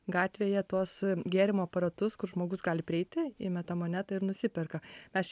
gatvėje tuos gėrimo aparatus kur žmogus gali prieiti įmeta monetą ir nusiperka aš